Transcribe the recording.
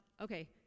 okay